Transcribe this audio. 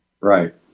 Right